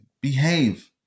behave